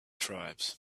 tribes